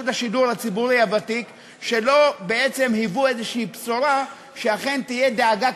השידור הציבורי הוותיקה לא היוו בשורה שאכן תהיה דאגה